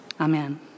amen